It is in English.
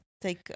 take